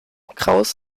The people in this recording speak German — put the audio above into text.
krauss